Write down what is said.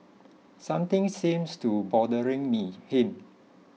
something seems to bothering me him